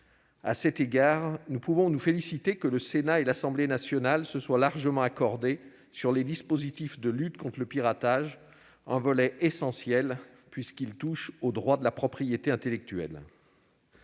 À cet égard, nous pouvons nous féliciter que le Sénat et l'Assemblée nationale se soient largement accordés sur les dispositifs de lutte contre le piratage, un volet essentiel, puisqu'il touche aux droits de la propriété intellectuelle.